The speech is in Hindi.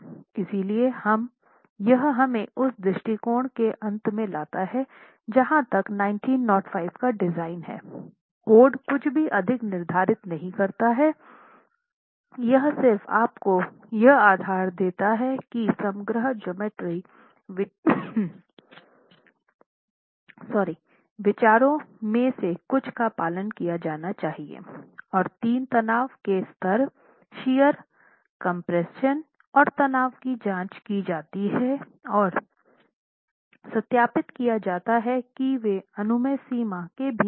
इसलिए यह हमें उस दृष्टिकोण के अंत में लाता है जहां तक 1905 का डिज़ाइन है कोड कुछ भी अधिक निर्धारित नहीं करता है यह सिर्फ आपको यह आधार देता है कि समग्र ज्योमेट्री विचारों में से कुछ का पालन किया जाना चाहिए और तीन तनाव के स्तर शियर कम्प्रेशन और तनाव की जाँच की जाती है और सत्यापित किया जाता है कि वे अनुमेय सीमा के भीतर है